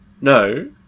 No